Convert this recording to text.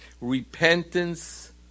Repentance